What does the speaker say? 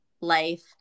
life